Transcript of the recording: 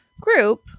group